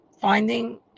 finding